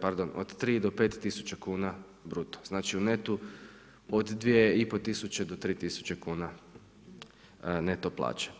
pardon od 3 do 5 tisuća kuna bruto, znači u netu od 2,5 tisuće do 3 tisuće kuna neto plaće.